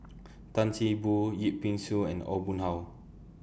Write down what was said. Tan See Boo Yip Pin Xiu and Aw Boon Haw